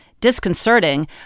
disconcerting